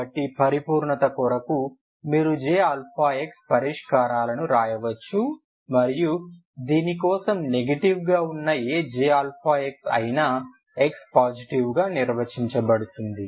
కాబట్టి పరిపూర్ణత కొరకు మీరు Jx పరిష్కారాలను వ్రాయవచ్చు మరియు దీని కోసం నెగెటివ్ గా ఉన్న ఏ Jx అయినా x పాజిటివ్గా నిర్వచించబడుతుంది